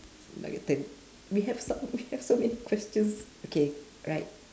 now your turn we have so we have so many questions okay right